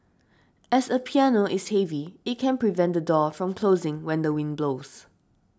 as a piano is heavy it can prevent the door from closing when the wind blows